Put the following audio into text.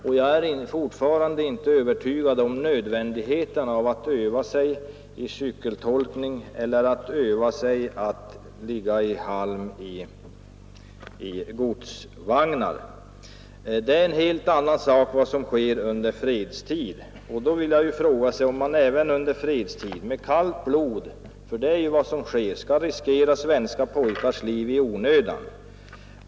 Och jag är fortfarande inte övertygad om nödvändigheten av att öva sig i cykeltolkning eller att öva sig att ligga i halm i godsvagnar. Vad som sker under fredstid är något helt annat än vad som sker under krigsförhållanden. Jag vill fråga om man även under fredstid med kallt blod — för det är ju vad som sker — skall riskera svenska pojkars liv i onödan.